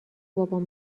بابام